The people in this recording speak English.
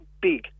big